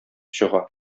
чыга